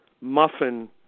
muffin